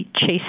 chase